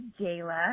Jayla